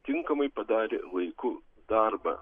tinkamai padarė laiku darbą